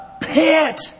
pit